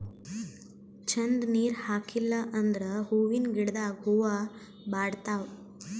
ಛಂದ್ ನೀರ್ ಹಾಕಿಲ್ ಅಂದ್ರ ಹೂವಿನ ಗಿಡದಾಗ್ ಹೂವ ಬಾಡ್ತಾವ್